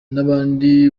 n’abandi